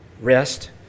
rest